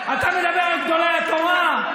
אתה מדבר על גדולי התורה?